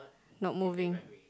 not moving